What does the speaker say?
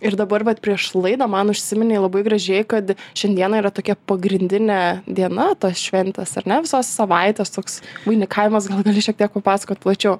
ir dabar vat prieš laidą man užsiminei labai gražiai kad šiandieną yra tokia pagrindinė diena tos šventės ar ne visos savaitės toks vainikavimas gal gali šiek tiek papasakot plačiau